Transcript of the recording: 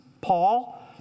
Paul